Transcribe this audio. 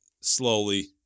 slowly